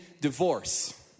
divorce